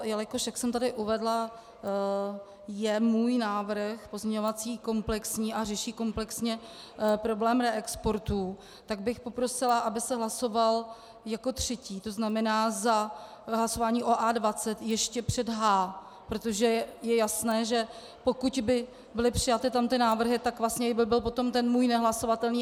Jelikož, jak jsem tady uvedla, je můj pozměňovací návrh komplexní a řeší komplexně problém reexportů, tak bych poprosila, aby se hlasoval jako třetí, to znamená za hlasováním o A20, ještě před H, protože je jasné, že pokud by byly přijaty tamty návrhy, tak vlastně by byl ten můj nehlasovatelný.